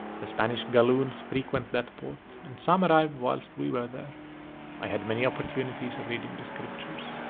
the spanish galloons frequent that port, and some arrived whilst we were there i had many opportunities of reading the scriptures.